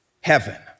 heaven